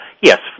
Yes